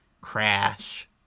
Crash